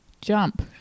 jump